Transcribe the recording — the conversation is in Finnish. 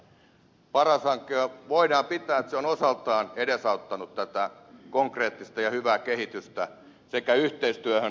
voidaan katsoa että paras hanke on osaltaan edesauttanut tätä konkreettista ja hyvää kehitystä sekä yhteistyöhön että näihin tuloksiin